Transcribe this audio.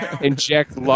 inject